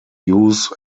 use